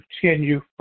continue